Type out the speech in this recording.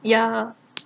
ya